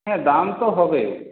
হ্যাঁ দাম তো হবেই